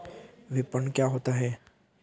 विपणन क्या होता है?